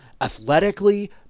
athletically